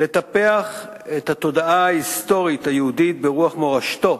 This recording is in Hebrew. לטפח את התודעה ההיסטורית היהודית ברוח מורשתו